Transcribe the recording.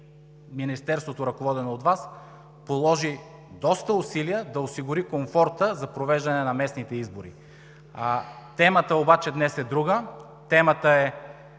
Министерството, ръководено от Вас, положи доста усилия да осигури комфорта за провеждане на местните избори. Темата обаче днес е друга, темата е